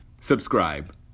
subscribe